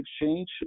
exchange